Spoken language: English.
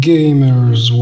Gamers